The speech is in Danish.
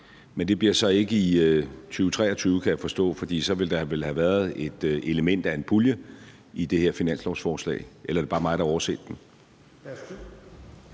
men det bliver så ikke i 2023, kan jeg forstå, for så ville der vel have været et element af en pulje i det her finanslovsforslag, eller er det bare mig, der har overset den?